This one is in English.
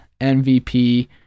MVP